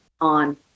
on